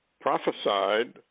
prophesied